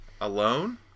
Alone